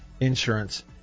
insurance